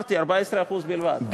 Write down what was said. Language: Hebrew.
תעסוקה, אמרתי, 14% בלבד.